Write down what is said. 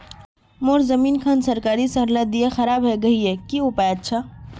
मोर जमीन खान सरकारी सरला दीया खराब है गहिये की उपाय अच्छा?